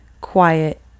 quiet